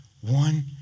One